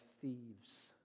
thieves